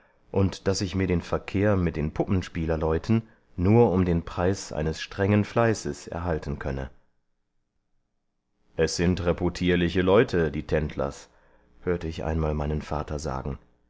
und daß ich mir den verkehr mit den puppenspielerleuten nur um den preis eines strengen fleißes erhalten könne es sind reputierliche leute die tendlers hörte ich einmal meinen vater sagen